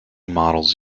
models